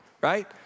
right